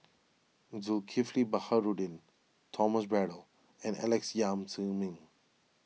Zulkifli Baharudin Thomas Braddell and Alex Yam Ziming